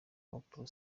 oprah